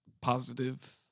positive